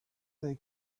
they